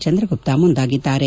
ಚಂದ್ರಗುಪ್ತ ಮುಂದಾಗಿದ್ದಾರೆ